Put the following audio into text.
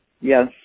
Yes